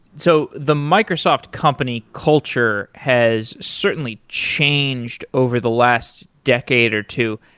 so the microsoft company culture has certainly changed over the last decade or two.